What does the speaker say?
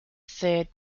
third